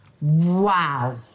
Wow